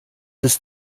ist